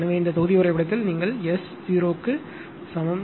எனவே இந்த தொகுதி வரைபடத்தில் நீங்கள் எஸ் 0 க்கு சமம்